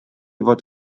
fod